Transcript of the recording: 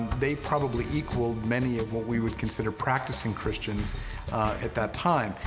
they probably equaled many of what we would consider practicing christians at that time.